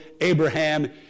Abraham